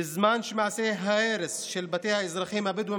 בזמן שמעשי ההרס של בתי האזרחים הבדואים